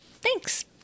Thanks